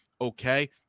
okay